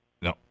No